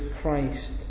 Christ